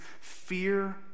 fear